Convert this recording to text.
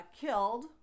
killed